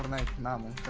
my mum and